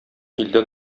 илдә